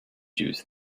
juice